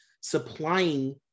supplying